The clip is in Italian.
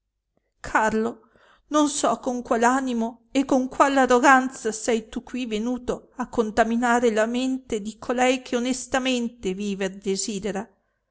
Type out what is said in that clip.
carlo non so con qual animo e con qual arroganza sei tu qui venuto a contaminare la mente di colei che onestamente viver desidera